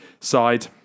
side